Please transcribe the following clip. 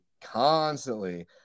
constantly